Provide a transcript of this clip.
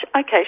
okay